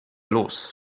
los